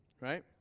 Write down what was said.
right